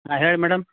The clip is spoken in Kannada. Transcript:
ಹಾಂ ಹೇಳಿ ಮೇಡಮ್